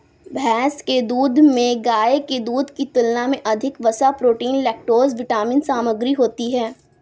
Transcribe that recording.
भैंस के दूध में गाय के दूध की तुलना में अधिक वसा, प्रोटीन, लैक्टोज विटामिन सामग्री होती है